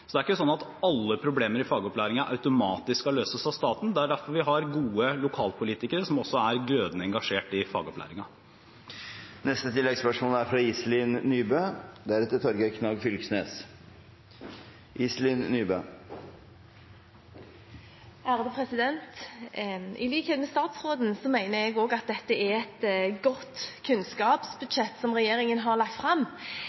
Så det er ikke sånn at alle problemer i fagopplæringen automatisk skal løses av staten. Det er derfor vi har gode lokalpolitikere som også er glødende engasjert i fagopplæringen. Iselin Nybø – til oppfølgingsspørsmål. I likhet med statsråden mener jeg at det er et godt kunnskapsbudsjett regjeringen har lagt fram.